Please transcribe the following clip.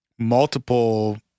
multiple